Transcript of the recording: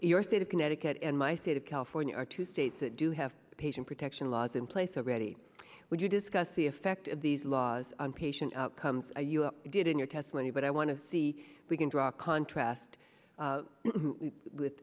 your state of connecticut and my state of california are two states that do have patient protection laws in place already would you discuss the effect of these laws on patient outcomes you did in your testimony but i want to see if we can draw a contrast with